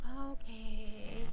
Okay